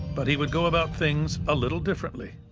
but he would go about things a little differently.